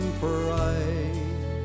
pride